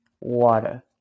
water